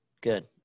Good